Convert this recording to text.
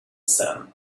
sun